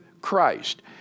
Christ